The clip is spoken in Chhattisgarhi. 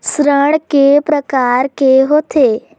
ऋण के प्रकार के होथे?